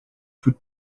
toute